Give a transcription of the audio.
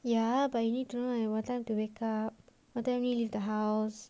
ya but you need to know like what time to wake up what time you need to leave the house